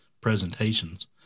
presentations